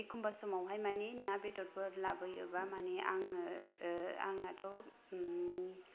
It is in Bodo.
एखमब्ला समाव हाय मानि ना बेदरफोर लाबोयोब्ला मानि आङो आंनाथ